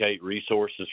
resources